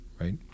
Right